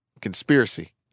Conspiracy